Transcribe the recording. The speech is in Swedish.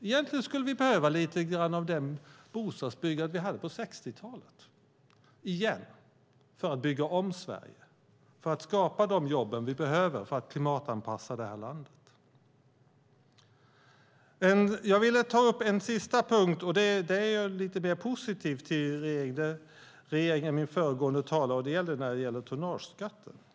Egentligen behöver vi lite grann av det bostadsbyggande vi hade på 60-talet för att bygga om Sverige, för att skapa de jobb som behövs för att klimatanpassa landet. Jag vill ta upp en sista punkt där vi är lite mer positiva till regeringen än föregående talare, nämligen tonnageskatten.